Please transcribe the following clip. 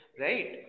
right